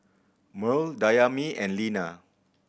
Merl Dayami and Lina